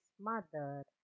mother